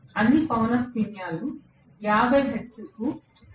అన్ని పౌనః పున్యాలు 50 హెర్ట్జ్లకు అనుగుణంగా ఉంటాయి